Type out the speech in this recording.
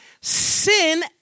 sin